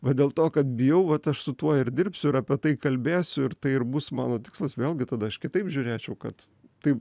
va dėl to kad bijau vat aš su tuo ir dirbsiu ir apie tai kalbėsiu ir tai ir bus mano tikslas vėlgi tada aš kitaip žiūrėčiau kad tai